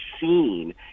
seen